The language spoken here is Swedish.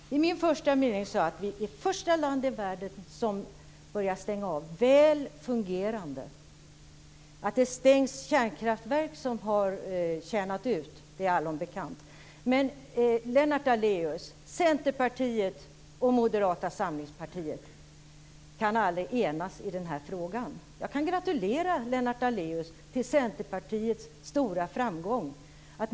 Herr talman! Jag sade i min första mening att Sverige blir det första land i världen som börjar stänga av väl fungerande kärnkraft. Att det stängs kärnkraftverk som har tjänat ut är allom bekant, men Lennart Daléus: Centerpartiet och Moderata samlingspartiet kan aldrig enas i den här frågan. Jag kan gratulera Lennart Daléus till Centerpartiets stora framgång.